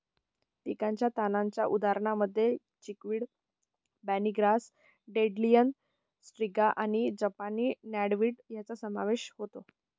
पिकाच्या तणांच्या उदाहरणांमध्ये chickweed, barny grass, dandelion, striga आणि जपानी नॉटवीड यांचा समावेश होतो